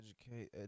educate